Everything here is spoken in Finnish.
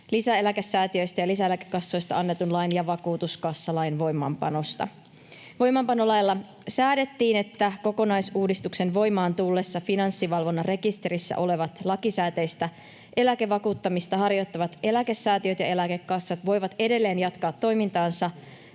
lisäeläkesäätiöistä ja lisäeläkekassoista annetun lain ja vakuutuskassalain voimaanpanosta. Voimaanpanolailla säädettiin, että kokonaisuudistuksen voimaan tullessa Finanssivalvonnan rekisterissä olevat lakisääteistä eläkevakuuttamista harjoittavat eläkesäätiöt ja eläkekassat voivat edelleen jatkaa toimintaansa